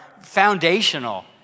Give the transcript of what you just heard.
foundational